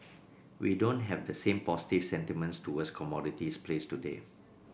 we don't have the same positive sentiments towards commodities plays today